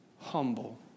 humble